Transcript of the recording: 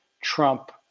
trump